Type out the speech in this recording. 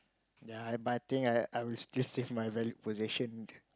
ya eh but I think I I would just save my valued possession